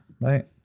right